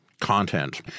content